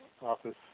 office